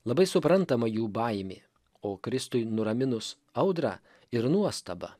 labai suprantama jų baimė o kristui nuraminus audrą ir nuostaba